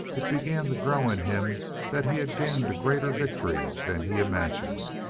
it began to grow in him that he had gained a greater victory than he imagined.